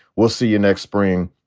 we'll see you next spring.